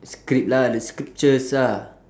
script lah the scriptures ah